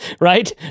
right